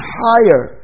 higher